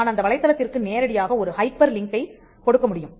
நான் அந்த வலைத்தளத்திற்கு நேரடியாக ஒரு ஹைப்பர்லிங்க்கைக் கொடுக்க முடியும்